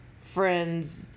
friends